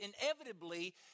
inevitably